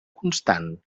constant